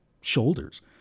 shoulders